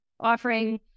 offering